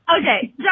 Okay